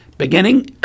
Beginning